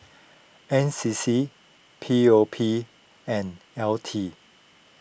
N C C P O P and L T